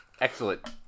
Excellent